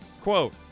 Quote